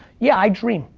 yeah, i dream,